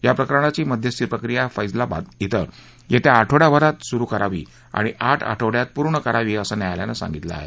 या प्रकरणाची मध्यस्थी प्रक्रिया फैजाबादमधे येत्या आठवडयाभरात सुरु करावी आणि आठ आठवडयात पूर्ण करावी असं न्यायालयानं सांगितलं आहे